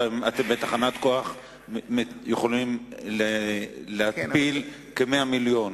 בתחנת כוח אתם יכולים להתפיל כ-100 מיליון,